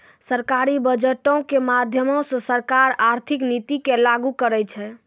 सरकारी बजटो के माध्यमो से सरकार आर्थिक नीति के लागू करै छै